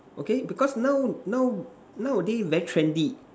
okay because now now nowadays very trendy